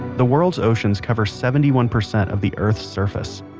the world's oceans cover seventy one percent of the earth's surface.